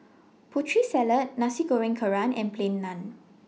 Putri Salad Nasi Goreng Kerang and Plain Naan